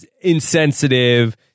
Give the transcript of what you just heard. insensitive